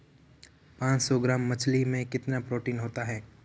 पांच सौ ग्राम मछली में कितना प्रोटीन होता है?